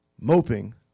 moping